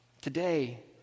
Today